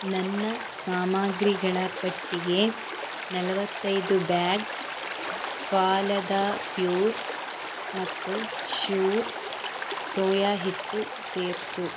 ನನ್ನ ಸಾಮಗ್ರಿಗಳ ಪಟ್ಟಿಗೆ ನಲ್ವತ್ತೈದು ಬ್ಯಾಗ್ ಫಾಲದಾ ಪ್ಯೂರ್ ಮತ್ತು ಶ್ಯೂರ್ ಸೋಯಾ ಹಿಟ್ಟು ಸೇರಿಸು